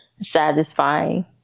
satisfying